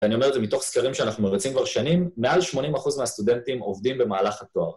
ואני אומר את זה מתוך סקרים שאנחנו מרצים כבר שנים, מעל 80% מהסטודנטים עובדים במהלך התואר.